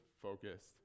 focused